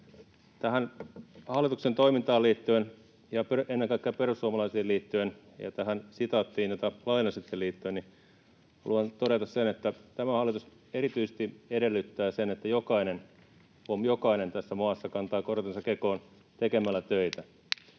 Tähän hallituksen toimintaan liittyen ja ennen kaikkea perussuomalaisiin liittyen ja tähän sitaattiin, jota lainasitte, liittyen haluan todeta sen, että tämä hallitus erityisesti edellyttää sitä, että jokainen — huom., jokainen — tässä maassa kantaa kortensa kekoon tekemällä töitä.